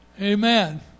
Amen